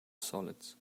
solids